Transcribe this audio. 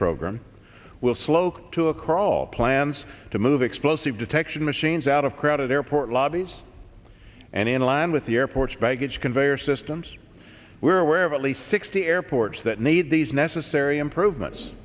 program will slow to a crawl plans to move explosive detection machines out of crowded airport lobbies and in line with the airport baggage conveyor systems we're aware of at least sixty airports that need these necessary improvements